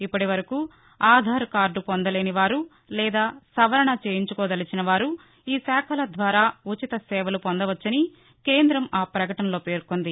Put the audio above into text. ఇప్పటి వరకు ఆధార్ కార్గు పొందలేని వారు లేదా సవరణ చేయింకుకోదలచిన వారు ఈ శాఖల ద్వారా ఉచిత సేవలను పొందవచ్చని కేంద్రం ఆ ప్రకటనలో పేర్కొంది